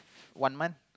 one month